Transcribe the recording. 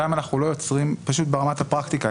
ברמת הפרקטיקה,